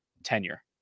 tenure